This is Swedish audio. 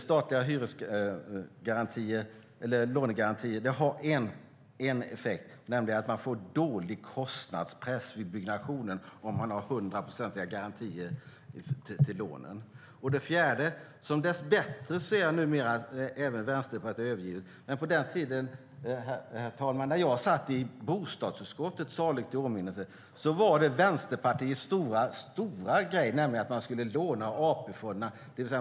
Statliga lånegarantier har en effekt, nämligen att man får en dålig kostnadspress vid byggandet om man har hundraprocentiga garantier för lånen. Det fjärde är det som jag ser att även Vänsterpartiet numera dess bättre har övergivit. Men på den tiden när jag satt i bostadsutskottet, saligt i åminnelse, herr talman, var det Vänsterpartiets stora grej att man skulle låna av AP-fonderna.